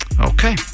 Okay